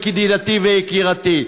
ידידתי ויקירתי,